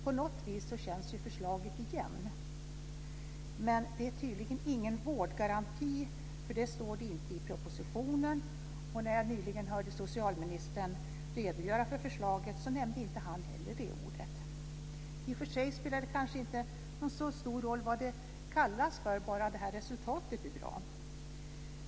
På något sätt känns förslaget igen, men det är tydligen ingen vårdgaranti, för det står inte nämnt i propositionen. När jag nyligen hörde socialministern redogöra för förslaget nämnde inte heller han det ordet. I och för sig spelar det kanske inte så stor roll vad det kallas för bara resultatet blir bra.